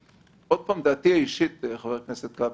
עוד פעם, זו דעתי האישית, חבר הכנסת כבל.